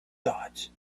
thought